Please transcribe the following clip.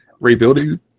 rebuilding